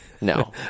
no